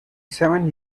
seven